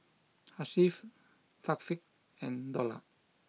Hasif Thaqif and Dollah